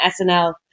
SNL